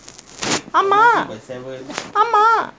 ஆமாஆமா:aamaa aamaa